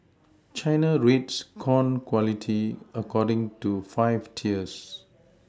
China rates corn quality according to five tiers